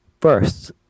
First